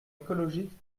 écologique